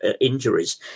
injuries